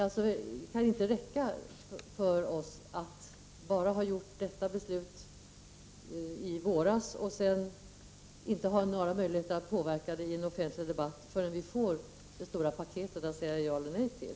Det kan inte räcka för oss att bara ha fattat ett beslut i våras och sedan inte ha några möjligheter till påverkan i en offentlig debatt förrän vi får det stora paketet att säga ja eller nej till.